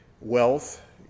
wealth